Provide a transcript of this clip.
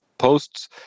posts